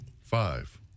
five